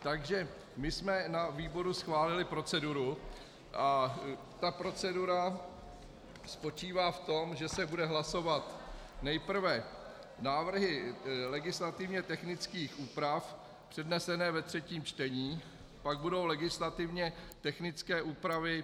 Takže my jsme na výboru schválili proceduru a ta procedura spočívá v tom, že se budou hlasovat nejprve návrhy legislativně technických úprav přednesené ve třetím čtení, pak budou legislativně technické úpravy.